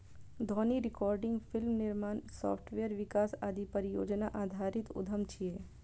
ध्वनि recording, film निर्माण, software विकास आदि परियोजना आधारित उद्यम छियै